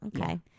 Okay